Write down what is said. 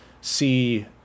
see